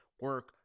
Work